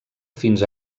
fins